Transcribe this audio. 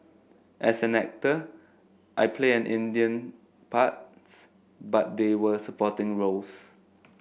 as an actor I played an Indian parts but they were supporting roles